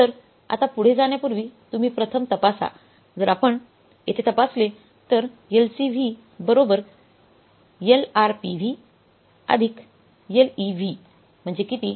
तर आता पुढे जाण्यापूर्वी तुम्ही प्रथम तपासा जर आपण येथे तपासले तर LCV LRPV LEV म्हणजे किती